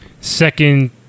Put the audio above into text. second